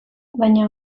baina